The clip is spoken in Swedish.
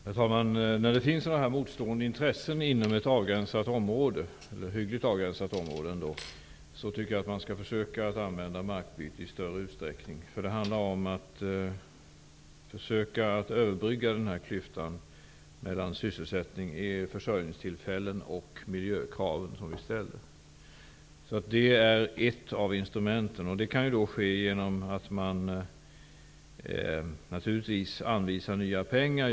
Herr talman! När det finns motstående intressen inom ett sådant här hyggligt avgränsat område, tycker jag att man skall försöka använda sig av markbyte i större utsträckning. Det handlar ju om att försöka överbrygga intresseklyftan mellan försörjningstillfällen och de miljökrav som ställs. Det är ett av instrumenten. Det kan ske genom att man naturligtvis anvisar nya pengar.